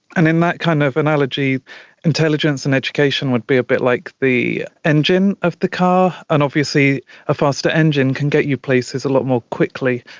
and in that kind of analogy intelligence and education would be a bit like the engine of the car, and obviously a faster engine can get you places a lot more quickly,